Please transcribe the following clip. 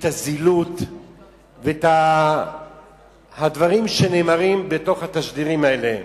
את הזילות ואת הדברים שנאמרים בתשדירים האלה.